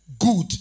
good